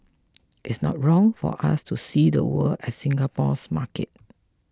it's not wrong for us to see the world as Singapore's market